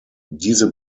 diese